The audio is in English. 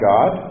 God